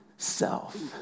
Self